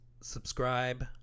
subscribe